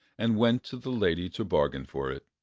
and went to the lady to bargain for it.